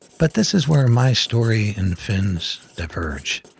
but this is where my story and finn's diverge.